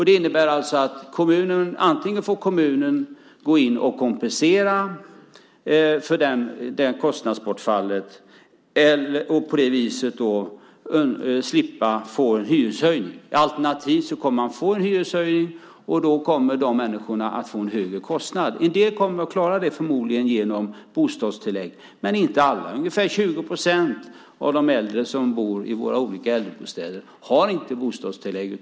Det innebär alltså att kommunen får gå in och kompensera för de kostnaderna. På det viset slipper man en hyreshöjning. Alternativt kommer man att få en hyreshöjning, och då kommer de människorna att få en högre kostnad. En del kommer förmodligen att klara det genom bostadstillägg, men inte alla. Ungefär 20 procent av de äldre som bor i våra olika äldrebostäder har inte bostadstillägg.